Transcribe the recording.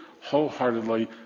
wholeheartedly